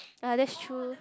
ah that's true